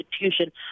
institution